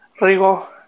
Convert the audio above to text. Rigo